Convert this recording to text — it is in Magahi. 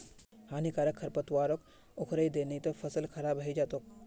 हानिकारक खरपतवारक उखड़इ दे नही त फसल खराब हइ जै तोक